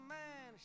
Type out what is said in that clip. man